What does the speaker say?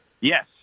Yes